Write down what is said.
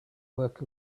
work